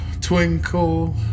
twinkle